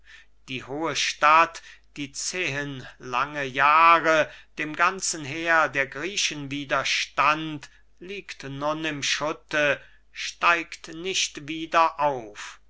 die hohe stadt die zehen lange jahre dem ganzen heer der griechen widerstand liegt nun im schutte steigt nicht wieder auf